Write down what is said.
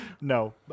No